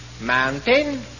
Mountain